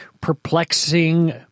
perplexing